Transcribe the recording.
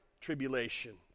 tribulation